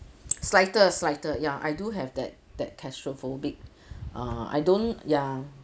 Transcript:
slighter slighter ya I do have that that claustrophobic uh I don't ya